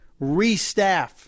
restaff